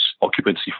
occupancy